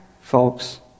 folks